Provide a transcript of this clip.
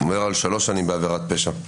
אומר על שלוש שנים בעבירת פשע.